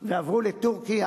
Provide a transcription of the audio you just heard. ועברו לטורקיה,